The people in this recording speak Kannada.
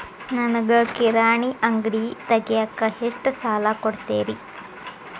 ನನಗ ಕಿರಾಣಿ ಅಂಗಡಿ ತಗಿಯಾಕ್ ಎಷ್ಟ ಸಾಲ ಕೊಡ್ತೇರಿ?